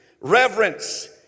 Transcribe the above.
reverence